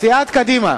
סיעת קדימה,